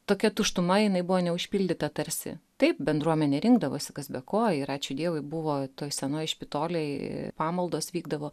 tokia tuštuma jinai buvo neužpildyta tarsi taip bendruomenė rinkdavosi kas be ko ir ačiū dievui buvo toj senoj špitolėj pamaldos vykdavo